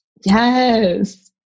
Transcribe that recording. Yes